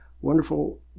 Wonderful